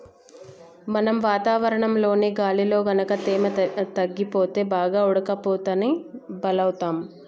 మనం వాతావరణంలోని గాలిలో గనుక తేమ తగ్గిపోతే బాగా ఉడకపోతకి బలౌతాం